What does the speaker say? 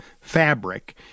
fabric